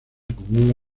acumula